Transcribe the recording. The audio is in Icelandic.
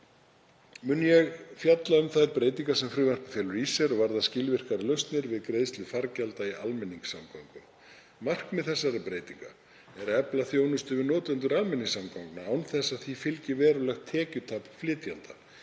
Mun ég nú fjalla um þær breytingar sem frumvarpið felur í sér og varða skilvirkari lausnir við greiðslu fargjalda í almenningssamgöngum. Markmið þessara breytinga er að efla þjónustu við notendur almenningssamgangna án þess að því fylgi verulegt tekjutap flytjenda.